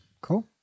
Cool